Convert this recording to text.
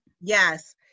Yes